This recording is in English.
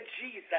Jesus